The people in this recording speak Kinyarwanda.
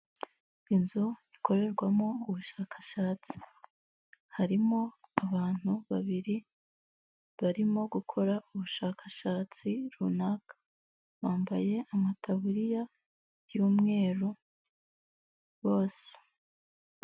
Inzu ikorerwamo ubushakashatsi harimo abantu babiri barimo gukora ubushakashatsi runaka, bambaye amataburiya y'umweru bose.